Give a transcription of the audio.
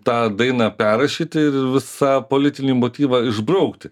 tą dainą perrašyti ir visa politinį motyvą išbraukti